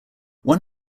one